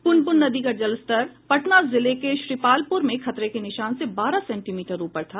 पुनपुन नदी का जलस्तर पटना जिले के श्रीपालपुर में खतरे के निशान से बारह सेंटीमीटर ऊपर था